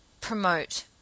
promote